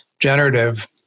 generative